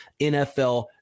NFL